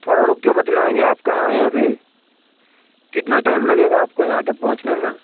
تھوڑا رک کے بتلائیں گے آپ کہاں ہیں ابھی کتنا ٹائم لگے گا آپ کو یہاں تک پہنچنے میں